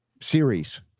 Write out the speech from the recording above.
series